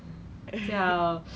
like at the hospital